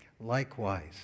likewise